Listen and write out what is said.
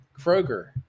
Kroger